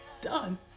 done